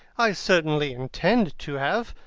i certainly intend to have.